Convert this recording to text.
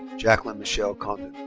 jacklyn michele condon.